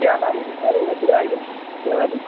चियाबारीहरू छ नि उतातिर अहिले चियाबारी